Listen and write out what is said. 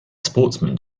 sportsman